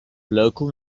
local